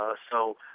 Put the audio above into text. ah so